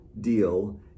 deal